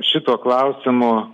šituo klausimu